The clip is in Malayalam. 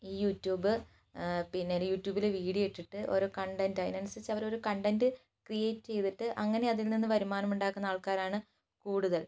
ഈ യൂട്യൂബ് പിന്നെ യൂട്യൂബിൽ വീഡിയോ ഇട്ടിട്ട് ഓരോ കണ്ടന്റ് അതിന് അനുസരിച്ച് അവരോരോ കണ്ടന്റ് ക്രിയേറ്റ് ചെയ്തിട്ട് അങ്ങനെ അതിൽ നിന്ന് വരുമാനം ഉണ്ടാക്കുന്ന ആൾക്കാരാണ് കൂടുതൽ